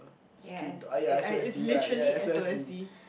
yes it as literally S_O_S_D